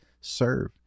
serve